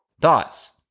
thoughts